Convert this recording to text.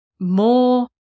more